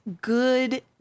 good